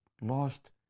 lost